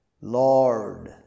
lord